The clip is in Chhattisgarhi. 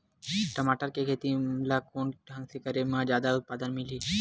टमाटर के खेती ला कोन ढंग से करे म जादा उत्पादन मिलही?